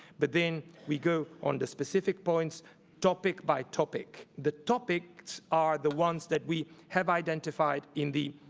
but then we go on the specific points topic by topic. the topics are the ones that we have identified in the